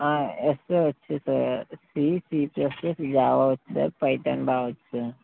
extra వచ్చు sir C C plus plus Java వచ్చు sir Python వ్ బాగా వచ్చు సార్